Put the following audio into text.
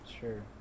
Sure